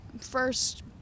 first